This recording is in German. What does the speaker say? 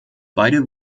beide